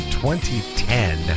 2010